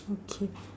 okay